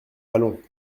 allons